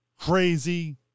crazy